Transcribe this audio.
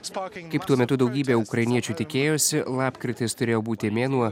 kaip tuo metu daugybė ukrainiečių tikėjosi lapkritis turėjo būti mėnuo